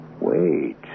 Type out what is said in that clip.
Wait